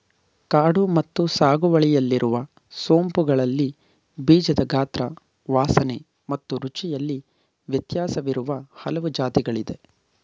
ಕಾಡು ಮತ್ತು ಸಾಗುವಳಿಯಲ್ಲಿರುವ ಸೋಂಪುಗಳಲ್ಲಿ ಬೀಜದ ಗಾತ್ರ ವಾಸನೆ ಮತ್ತು ರುಚಿಯಲ್ಲಿ ವ್ಯತ್ಯಾಸವಿರುವ ಹಲವು ಜಾತಿಗಳಿದೆ